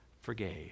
forgave